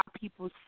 people